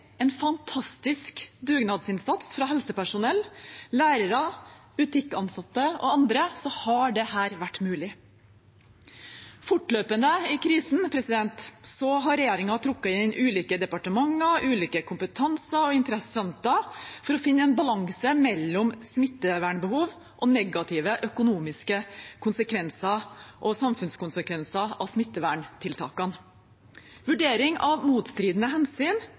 en fantastisk dugnadsinnsats fra helsepersonell, lærere, butikkansatte og andre har dette vært mulig. Fortløpende i krisen har regjeringen trukket inn ulike departementer og ulike kompetanser og interessenter for å finne en balanse mellom smittevernbehov, negative økonomiske konsekvenser og samfunnskonsekvenser av smitteverntiltakene. Vurdering av motstridende hensyn